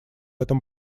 этом